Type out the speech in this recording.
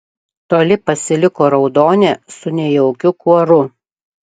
toli pasiliko raudonė su nejaukiu kuoru